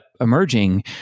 emerging